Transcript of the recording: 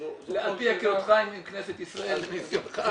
על פי היכרותך עם כנסת ישראל ונסיונך?